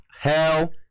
Hell